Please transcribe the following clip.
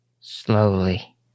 slowly